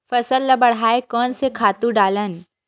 फसल ल बढ़ाय कोन से खातु डालन?